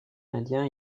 indien